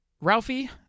Ralphie